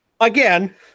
again